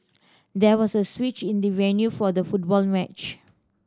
there was a switch in the venue for the football match